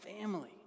family